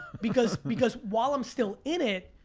because because while i'm still in it,